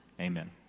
Amen